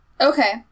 Okay